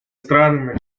странами